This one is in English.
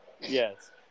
Yes